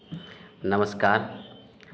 नमस्कार